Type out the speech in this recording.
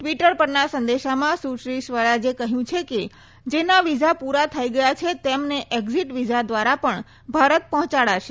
Twitter પરના સંદેશામાં સુશ્રી સ્વરાજે કહ્યું છે કે જેના વિઝા પૂરા થઈ ગયા છે તેમને એક્ઝિટ વીઝા દ્વારા પણ ભારત પહોંચાડાશે